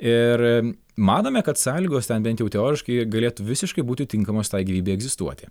ir manome kad sąlygos ten bent jau teoriškai galėtų visiškai būti tinkamos tai gyvybei egzistuoti